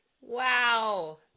Wow